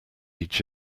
each